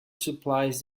supplies